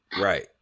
Right